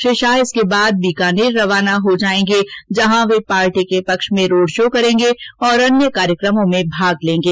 श्री शाह इसके बाद बीकानेर रवाना हो जाएंगे जहां वे पार्टी के पक्ष में रोड शो करेंगे तथा अन्य कार्यक्रमों में भाग लेंगे